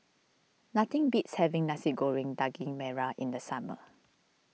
nothing beats having Nasi Goreng Daging Merah in the summer